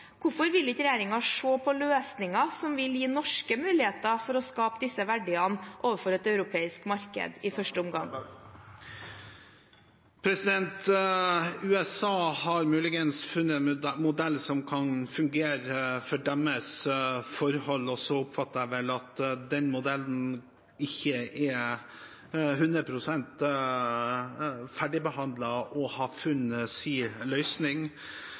Hvorfor vil ikke regjeringen se på løsninger som vil gi norske muligheter til å skape disse verdiene overfor et europeisk marked i første omgang? USA har muligens funnet en modell som kan fungere for deres forhold, og jeg oppfatter at den modellen verken er 100 pst. ferdigbehandlet eller har funnet sin løsning.